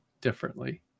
differently